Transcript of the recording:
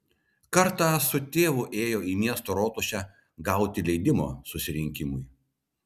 kartą su tėvu ėjo į miesto rotušę gauti leidimo susirinkimui